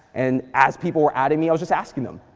and, as people were adding me, i was just asking them,